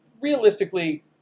realistically